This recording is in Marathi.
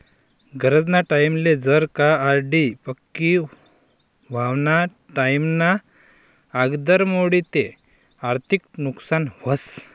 गरजना टाईमले जर का आर.डी पक्की व्हवाना टाईमना आगदर मोडी ते आर्थिक नुकसान व्हस